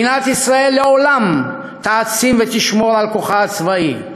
מדינת ישראל לעולם תעצים ותשמור על כוחה הצבאי.